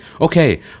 okay